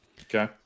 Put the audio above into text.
Okay